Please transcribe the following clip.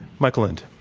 michael lind.